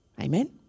Amen